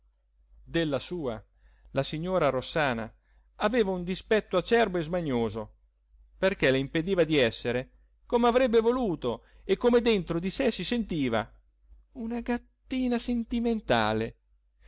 della sua la signora rossana aveva un dispetto acerbo e smanioso perché le impediva di essere come avrebbe voluto e come dentro di sé si sentiva una gattina sentimentale